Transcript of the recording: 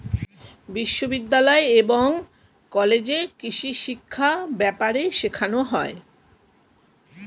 বিশ্ববিদ্যালয় এবং কলেজে কৃষিশিক্ষা ব্যাপারে শেখানো হয়